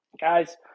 guys